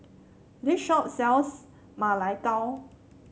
this shop sells Ma Lai Gao